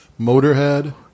Motorhead